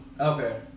okay